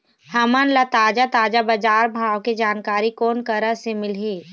हमन ला ताजा ताजा बजार भाव के जानकारी कोन करा से मिलही?